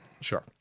Sure